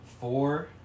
Four